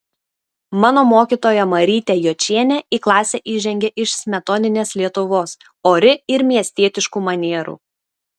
mano mokytoja marytė jočienė į klasę įžengė iš smetoninės lietuvos ori ir miestietiškų manierų